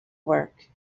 work